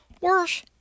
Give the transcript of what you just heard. Worse